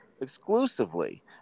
exclusively